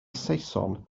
saeson